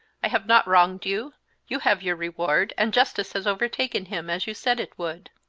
i have not wronged you you have your reward, and justice has overtaken him, as you said it would!